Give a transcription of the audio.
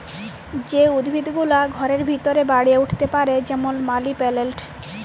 যে উদ্ভিদ গুলা ঘরের ভিতরে বাড়ে উঠ্তে পারে যেমল মালি পেলেলট